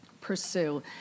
pursue